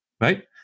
right